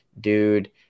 Dude